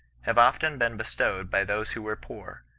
have often been bestowed by those who were poor,